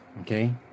okay